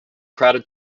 crowded